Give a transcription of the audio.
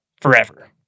forever